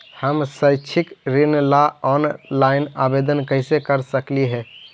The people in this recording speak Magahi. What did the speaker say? हम शैक्षिक ऋण ला ऑनलाइन आवेदन कैसे कर सकली हे?